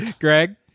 Greg